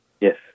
Yes